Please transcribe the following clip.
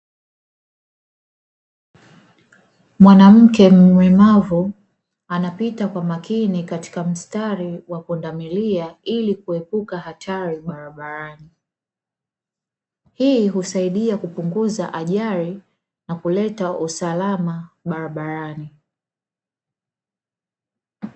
Mwanamke mlemavu anapita kwa makini katika mstari wa pundamilia, ili kuepuka hatari barabarani. Hii husaidia kupunguza ajali na kuleta usalama barabarani.